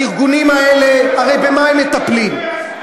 הארגונים האלה, הרי במה הם מטפלים?